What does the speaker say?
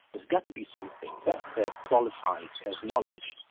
there's got to be something that qualified as knowledge,